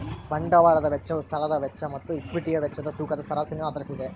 ಬಂಡವಾಳದ ವೆಚ್ಚವು ಸಾಲದ ವೆಚ್ಚ ಮತ್ತು ಈಕ್ವಿಟಿಯ ವೆಚ್ಚದ ತೂಕದ ಸರಾಸರಿಯನ್ನು ಆಧರಿಸಿದೆ